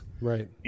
right